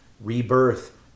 rebirth